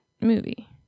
movie